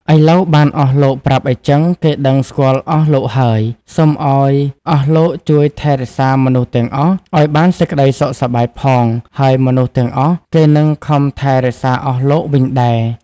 ឥឡូវបានអស់លោកប្រាប់អីចឹង គេដឹង-ស្គាល់អស់លោកហើយ សុំឲ្យអស់លោកជួយថែរក្សាមនុស្សទាំងអស់ ឲ្យបានសេចក្ដីសុខសប្បាយផង ហើយមនុស្សទាំងអស់ គេនឹងខំថែរក្សាអស់លោកវិញដែរ ។